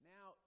Now